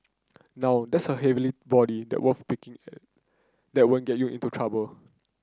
now that's a heavenly body that peeping that won't get you into trouble